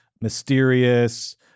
mysterious